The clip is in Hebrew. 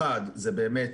אחד, זה באמת